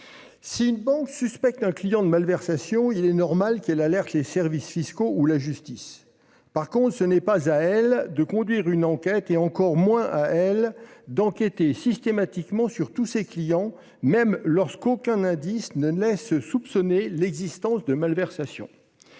Si une banque suspecte un client de malversations, il est normal qu'elle alerte les services fiscaux ou la justice. En revanche, ce n'est pas à elle de conduire une enquête et encore moins d'enquêter systématiquement sur tous ses clients- même lorsqu'aucun indice ne laisse soupçonner l'existence de malversations.